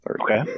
Okay